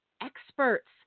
experts